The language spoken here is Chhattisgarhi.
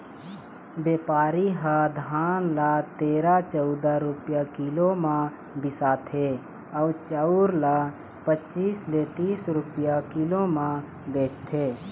बेपारी ह धान ल तेरा, चउदा रूपिया किलो म बिसाथे अउ चउर ल पचीस ले तीस रूपिया किलो म बेचथे